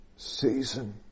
season